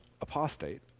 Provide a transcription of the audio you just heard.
apostate